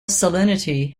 salinity